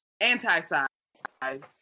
anti-side